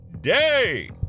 day